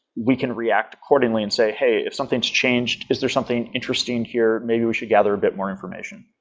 we can react accordingly and say, hey, if something's changed, is there something interesting here maybe we should gather a bit more information?